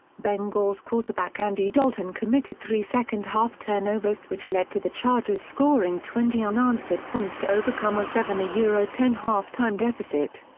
bengals quarterback andy dalton committed three second-half turnovers which led to the chargers scoring twenty unanswered points to overcome a seven yeah ten halftime deficit.